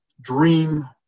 dream